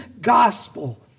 gospel